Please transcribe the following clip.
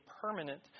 permanent